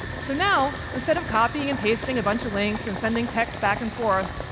so now, instead of copying and pasting a bunch of links and sending texts back and forth,